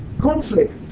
conflict